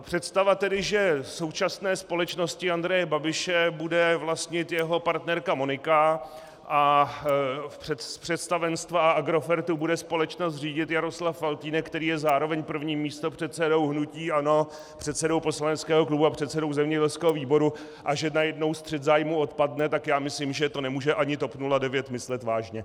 Představa, že současné společnosti Andreje Babiše bude vlastnit jeho partnerka Monika a z představenstva Agrofertu bude společnost řídit Jaroslav Faltýnek, který je zároveň prvním místopředsedou hnutí ANO, předsedou poslaneckého klubu a předsedou zemědělského výboru, a že najednou střet zájmů odpadne, já myslím, že to nemůže ani TOP 09 myslet vážně.